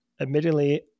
admittedly